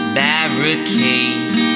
barricade